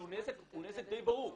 הוא נזק די ברור.